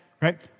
right